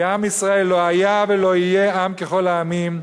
כי עם ישראל לא היה ולא יהיה עם ככל העמים,